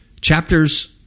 Chapters